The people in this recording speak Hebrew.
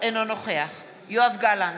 אינו נוכח יואב גלנט,